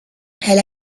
elle